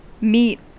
meet